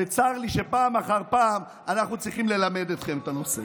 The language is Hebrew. וצר לי שפעם אחר פעם אנחנו צריכים ללמד אתכם את הנושא.